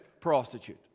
prostitute